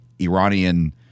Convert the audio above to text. Iranian